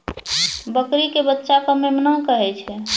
बकरी के बच्चा कॅ मेमना कहै छै